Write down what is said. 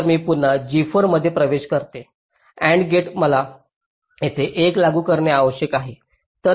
तर मी पुन्हा G4 मध्ये प्रवेश करते AND गेट मला येथे 1 लागू करणे आवश्यक आहे